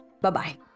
Bye-bye